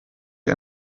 die